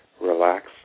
relax